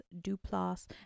Duplass